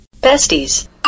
Besties